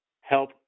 help